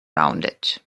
rounded